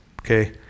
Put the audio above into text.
okay